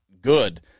good